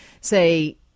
say